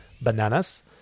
bananas